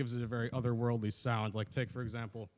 gives it a very otherworldly sound like take for example